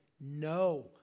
no